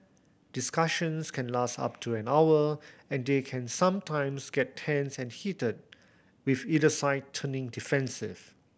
discussions can last up to an hour and they can sometimes get tense and heated with either side turning defensive